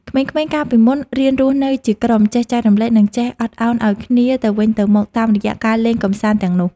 ក្មេងៗកាលពីមុនរៀនរស់នៅជាក្រុម ចេះចែករំលែក និងចេះអត់ឱនឱ្យគ្នាទៅវិញទៅមកតាមរយៈការលេងកម្សាន្តទាំងនោះ។